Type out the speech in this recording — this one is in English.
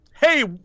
hey